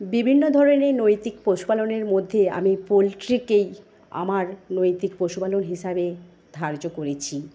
বিভিন্ন ধরণের নৈতিক পশুপালনের মধ্যে পোলট্রিকেই আমার নৈতিক পশুপালন হিসাবে ধার্য করেছি